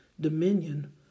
dominion